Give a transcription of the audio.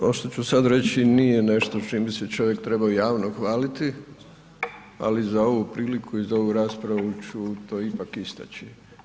Ovo što su sada reći nije nešto s čim bi se čovjek trebao javno hvaliti, ali za ovu priliku i za ovu raspravu ću to ipak istaći.